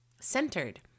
centered